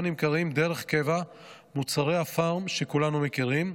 נמכרים דרך קבע מוצרי הפארם שכולנו מכירים,